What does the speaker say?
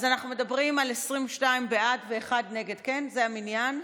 אז אנחנו מדברים על 22 בעד ואחד נגד, זה המניין.